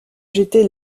j’étais